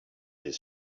his